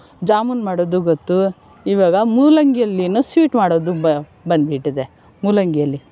ಜಾಮೂನು ಮಾಡೋದು ಗೊತ್ತು ಇವಾಗ ಮೂಲಂಗಿಯಲ್ಲಿಯೂ ಸ್ವೀಟ್ ಮಾಡೋದು ಬಂದ್ಬಿಟ್ಟಿದೆ ಮೂಲಂಗಿಯಲ್ಲಿ